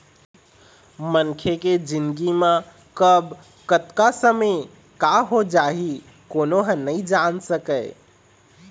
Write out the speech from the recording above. मनखे के जिनगी म कब, कतका समे का हो जाही कोनो ह नइ जान सकय